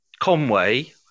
Conway